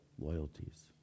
loyalties